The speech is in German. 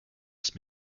ist